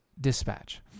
Dispatch